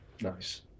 nice